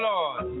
Lord